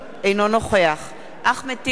אינו נוכח אחמד טיבי,